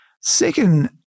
Second